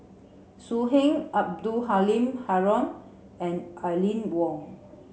So Heng Abdul Halim Haron and Aline Wong